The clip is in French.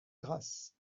grasse